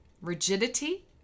rigidity